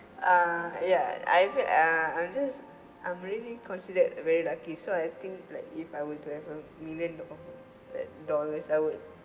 uh ya I feel uh I'm just I'm really considered very lucky so I think like if I were to have a million do~ like dollars I would